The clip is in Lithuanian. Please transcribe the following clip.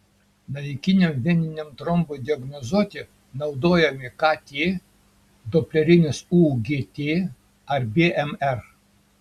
navikiniam veniniam trombui diagnozuoti naudojami kt doplerinis ugt ar bmr